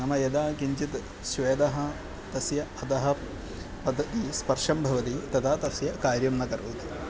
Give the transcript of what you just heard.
नाम यदा किञ्चित् श्वेतः तस्य अधः पदति स्पर्शं भवति तदा तस्य कार्यं न करोति